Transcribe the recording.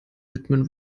widmen